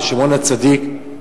בשמעון-הצדיק,